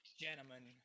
gentlemen